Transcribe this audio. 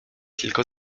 tylko